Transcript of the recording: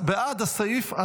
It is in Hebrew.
בעד הסעיף.